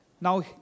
Now